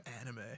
anime